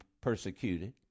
persecuted